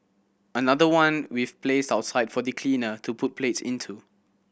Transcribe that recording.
another one we've placed outside for the cleaner to put plates into